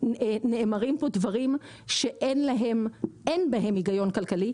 נאמרים פה דברים שאין בהם היגיון כלכלי,